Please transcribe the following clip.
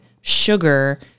sugar